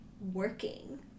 working